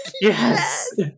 Yes